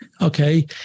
Okay